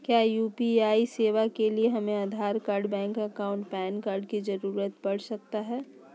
क्या यू.पी.आई सेवाएं के लिए हमें Aadhaar card bank account PAN card की जरूरत पड़ सकता है?